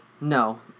No